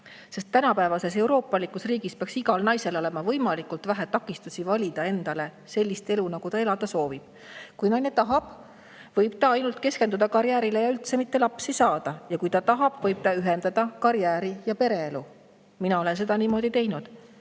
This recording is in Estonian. sest tänapäevases euroopalikus riigis peaks igal naisel olema võimalikult vähe takistusi valida endale selline elu, nagu ta soovib. Kui naine tahab, võib ta keskenduda ainult karjäärile ja üldse mitte lapsi saada. Kui ta tahab, siis võib ta ühendada karjääri ja pereelu. Mina olen seda niimoodi teinud.